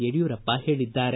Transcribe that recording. ಯಡಿಯೂರಪ್ಪ ಹೇಳಿದ್ದಾರೆ